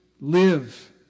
live